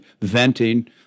venting